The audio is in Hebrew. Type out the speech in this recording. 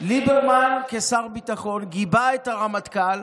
ליברמן כשר ביטחון גיבה את הרמטכ"ל,